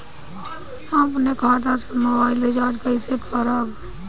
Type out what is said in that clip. अपने खाता से मोबाइल रिचार्ज कैसे करब?